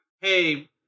hey